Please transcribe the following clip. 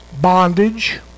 bondage